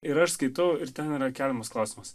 ir aš skaitau ir ten yra keliamas klausimas